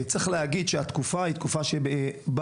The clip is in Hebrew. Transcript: צריך להגיד שהתקופה היא התקופה שבה